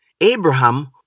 Abraham